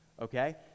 Okay